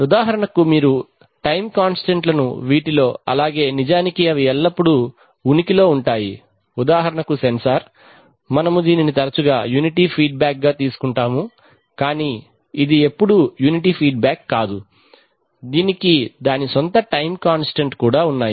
ఉదాహరణకు మీరు time constant లను వీటిలో అలాగే నిజానికి అవి ఎల్లప్పుడూ ఉనికిలో ఉంటాయి ఉదాహరణకు సెన్సార్ మనము దీనిని తరచుగా యూనిటీ ఫీడ్బ్యాక్గా తీసుకుంటాము కానీ ఇది ఎప్పుడూ యూనిటీ ఫీడ్బ్యాక్ కాదు దీనికి దాని స్వంత టైమ్ కాంస్టంట్ కూడా ఉన్నాయి